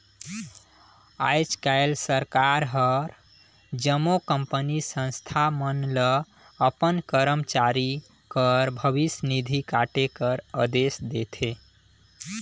आएज काएल सरकार हर जम्मो कंपनी, संस्था मन ल अपन करमचारी कर भविस निधि काटे कर अदेस देथे